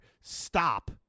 Stop